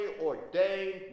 ordained